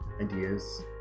ideas